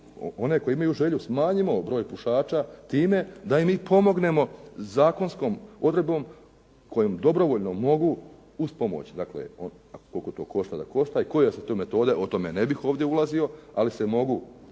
one koji imaju želju smanjimo broj pušača time da im mi pomognemo zakonskom odredbom kojom dobrovoljno mogu, uz pomoć dakle kolko to košta da košta i koje su to metode o tome ne bih ovdje ulazio, ali se mogu